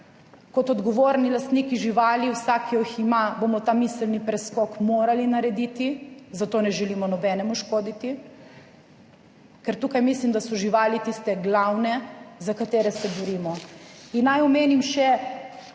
Kot odgovorni lastniki živali, vsak, ki jih ima, bomo ta miselni preskok morali narediti, zato ne želimo nobenemu škoditi, ker tukaj mislim, da so živali tiste glavne, za katere se borimo. In naj omenim še,